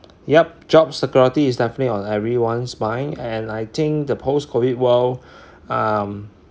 yup job security is definitely on everyone's mind and I think the post COVID world um